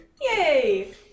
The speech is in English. Yay